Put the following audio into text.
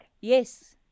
Yes